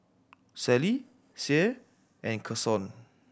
Sally Sie and Kason